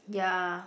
ya